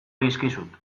dizkizut